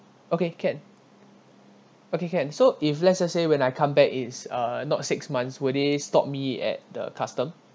okay can okay can so if let's just say when I come back is uh not six months will they stop me at the custom